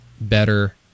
better